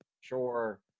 sure